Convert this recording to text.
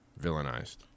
villainized